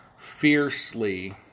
fiercely